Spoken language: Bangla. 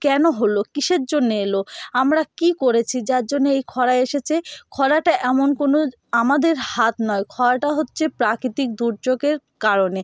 কেন হলো কিসের জন্যে এলো আমরা কি করেছি যার জন্য এই খরা এসেছে খরাটা এমন কোনো আমাদের হাত নয় খরাটা হচ্ছে প্রাকৃতিক দুর্যোগের কারণে